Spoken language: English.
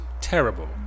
terrible